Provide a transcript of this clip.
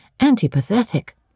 antipathetic